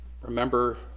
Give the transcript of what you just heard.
Remember